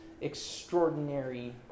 extraordinary